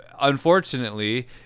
unfortunately